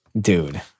Dude